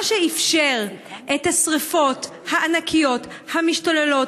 מה שאפשר את השרפות הענקיות המשתוללות,